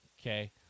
okay